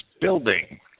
building